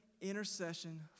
intercession